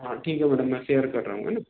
हाँ ठीक है मैडम मैं सेयर कर रहा हूँ है न